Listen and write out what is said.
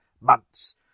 months